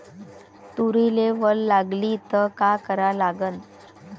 तुरीले वल लागली त का करा लागन?